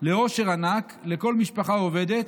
לעושר ענק לכל משפחה עובדת